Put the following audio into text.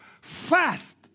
fast